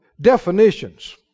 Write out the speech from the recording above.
definitions